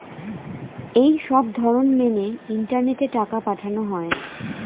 এই সবধরণ মেনে ইন্টারনেটে টাকা পাঠানো হয়